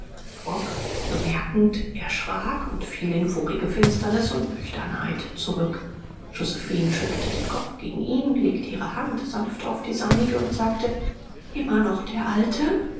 frock es bemerkend erschrak und fiel in vorige finsternis und nüchternheit zurück josephine schüttelte den kopf gegen ihn legte ihre hand sanft auf die seinige und sagte immer noch der alte